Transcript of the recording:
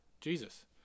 Jesus